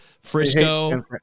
Frisco